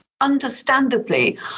understandably